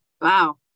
Wow